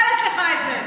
לא מאחלת לך את זה.